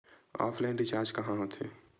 Offline recharge कहां होथे?